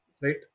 right